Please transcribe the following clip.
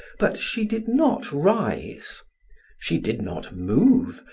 but she did not rise she did not move,